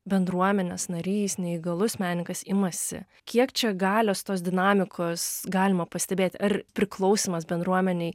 bendruomenės narys neįgalus menininkas imasi kiek čia galios tos dinamikos galima pastebėti ar priklausymas bendruomenei